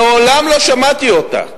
מעולם לא שמעתי אותה,